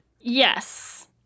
Yes